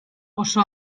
oso